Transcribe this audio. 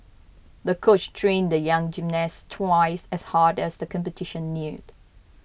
the coach trained the young gymnast twice as hard as the competition neared